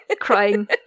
crying